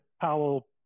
Powell